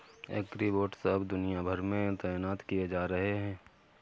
agribots अब दुनिया भर में तैनात किए जा रहे हैं